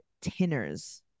Tinners